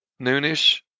Noonish